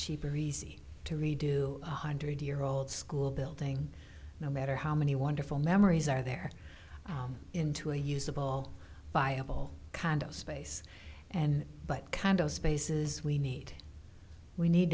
cheap or easy to redo one hundred year old school building no matter how many wonderful memories are there into a usable viable kind of space and but kind of spaces we need we need